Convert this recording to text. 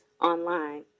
online